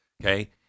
okay